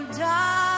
die